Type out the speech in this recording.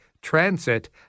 transit